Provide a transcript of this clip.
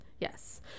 yes